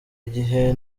igihe